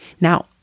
Now